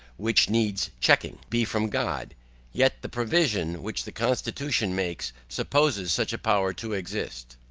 which needs checking, be from god yet the provision, which the constitution makes, supposes such a power to exist.